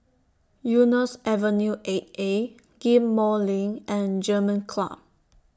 Eunos Avenue eight A Ghim Moh LINK and German Club